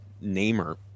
namer